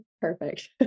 Perfect